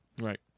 Right